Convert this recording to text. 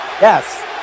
Yes